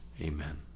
Amen